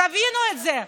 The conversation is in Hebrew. תבינו את זה.